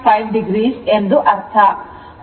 5 o ಎಂದು ಅರ್ಥ